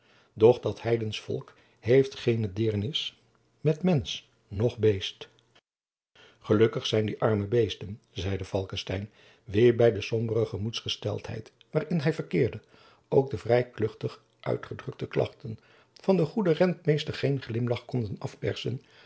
pleegzoon densch volk heeft geene deernis met mensch noch beest gelukkig nog zijn die arme beesten zeide falckestein wien bij de sombere gemoedsgesteldheid waarin hij verkeerde ook de vrij kluchtig uitgedrukte klachten van den goeden rentmeester geen glimlagch konde afperssen